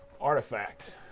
artifact